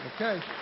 Okay